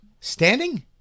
Standing